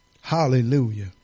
Hallelujah